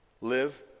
live